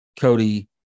Cody